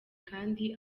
kandi